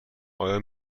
آیا